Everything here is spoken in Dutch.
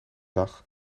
dag